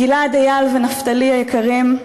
גיל-עד, איל ונפתלי היקרים,